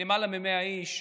למעלה מ-100 איש,